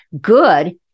good